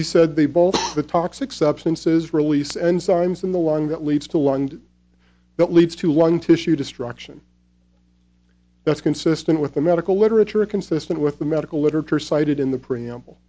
he said they both the toxic substances release enzymes in the long that leads to one that leads to lung tissue destruction that's consistent with the medical literature a consistent with the medical literature cited in the preamble